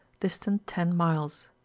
distant ten miles.